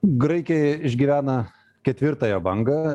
graikija išgyvena ketvirtąją bangą